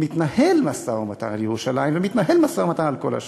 מתנהל משא-ומתן על ירושלים ומתנהל משא-ומתן על כל השאר.